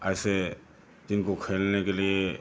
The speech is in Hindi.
ऐसे जिनको खेलने के लिए